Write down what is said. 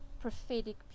prophetic